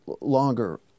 longer